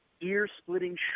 ear-splitting